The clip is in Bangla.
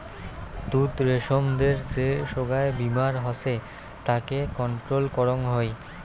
তুত রেশমদের যে সোগায় বীমার হসে তাকে কন্ট্রোল করং হই